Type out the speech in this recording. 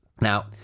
Now